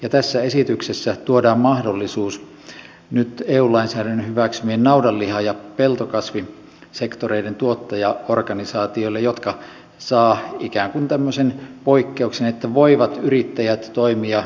ja tässä esityksessä tuodaan mahdollisuus nyt eu lainsäädännön hyväksymien naudanliha ja peltokasvisektoreiden tuottajaorganisaatioille jotka saavat ikään kuin tämmöisen poikkeuksen että yrittäjät voivat toimia yhdessä